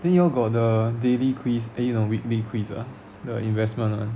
then you all got the daily quiz eh no weekly quiz the investment [one]